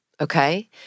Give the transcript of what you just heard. okay